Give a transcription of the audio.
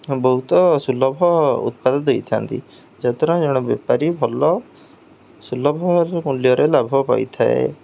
ବହୁତ ସୁଲଭ ଉତ୍ପାଦ ଦେଇଥାନ୍ତି ଯଦ୍ୱାରା ଜଣେ ବେପାରୀ ଭଲ ସୁଲଭ ମୂଲ୍ୟରେ ଲାଭ ପାଇଥାଏ